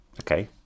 Okay